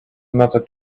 another